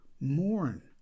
mourn